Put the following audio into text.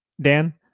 Dan